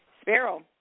Sparrow